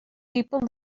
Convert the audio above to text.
people